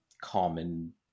common